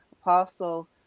apostle